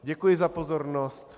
Děkuji za pozornost.